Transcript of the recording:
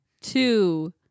two